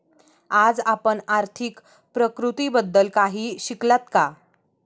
आज आपण आर्थिक प्रतिकृतीबद्दल काही शिकलात का?